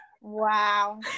Wow